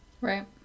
Right